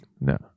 No